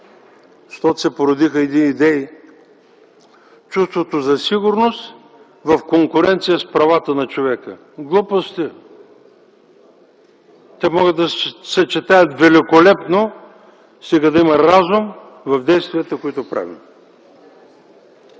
защото се породиха едни идеи - чувството за сигурност в конкуренция с правата на човека. Глупости! Те могат да се съчетаят великолепно, стига да има разум в действията, които правим.